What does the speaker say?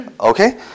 Okay